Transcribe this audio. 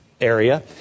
area